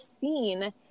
seen